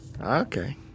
Okay